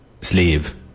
sleeve